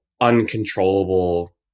uncontrollable